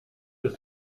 ist